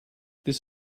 this